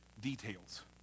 details